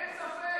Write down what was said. אין ספק.